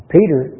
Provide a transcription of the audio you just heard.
Peter